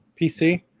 PC